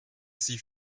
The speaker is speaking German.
sie